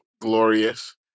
glorious